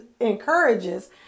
encourages